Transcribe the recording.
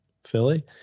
Philly